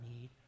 need